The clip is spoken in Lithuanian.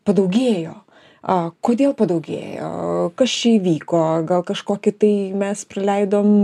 padaugėjo a kodėl padaugėjo kas čia įvyko gal kažkokį tai mes praleidom